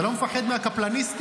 אתה לא מפחד מהקפלניסטים?